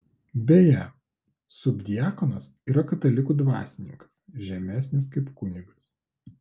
beje subdiakonas yra katalikų dvasininkas žemesnis kaip kunigas